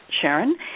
Sharon